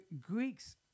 Greeks